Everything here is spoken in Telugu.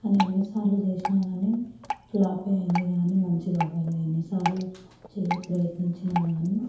కానీ ఎన్నిసార్లు చేసినా గానీ ఫ్లాపే అయింది గానీ మంచిగా అవ్వలేదు ఎన్నిసార్లు చె ప్రయత్నించినా గానీ